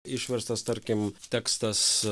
išverstas tarkim tekstas